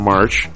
March